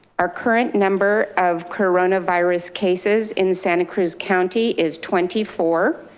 our current number of coronavirus cases in santa cruz county is twenty four.